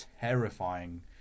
terrifying